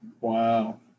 wow